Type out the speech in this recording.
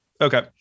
Okay